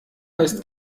ist